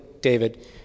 David